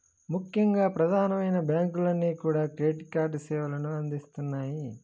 ముఖ్యంగా ప్రధానమైన బ్యాంకులన్నీ కూడా క్రెడిట్ కార్డు సేవలను అందిస్తున్నాయి